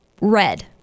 Red